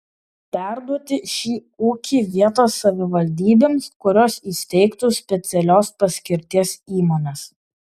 perduoti šį ūkį vietos savivaldybėms kurios įsteigtų specialios paskirties įmones